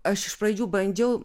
aš iš pradžių bandžiau